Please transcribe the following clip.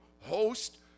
host